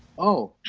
oh,